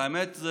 האמת,